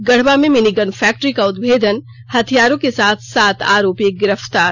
गढ़वा में mini gun factory का उद्भेदन हथियारों के साथ सात आरोपी गिरफ्तार